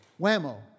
whammo